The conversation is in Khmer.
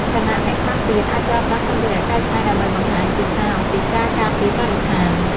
ខណៈអ្នកខ្លះទៀតអាចប្រើប្រាស់សម្ភារៈកែច្នៃដើម្បីបង្ហាញពីសារអំពីការការពារបរិស្ថាន។